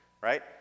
right